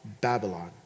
Babylon